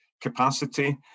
capacity